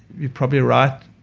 you're probably right.